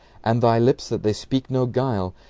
and thy lips that they speak no guile.